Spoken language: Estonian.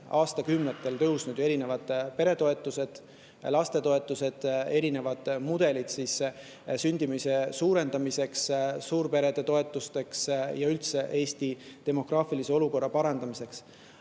aastakümnetel tõusnud erinevad peretoetused, lastetoetused, on erinevad mudelid sündimuse suurendamiseks, suurperede toetusteks ja üldse Eesti demograafilise olukorra parandamiseks,